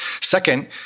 Second